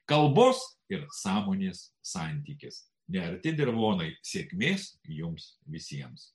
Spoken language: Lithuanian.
kalbos ir sąmonės santykis nearti dirvonai sėkmės jums visiems